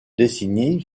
décennie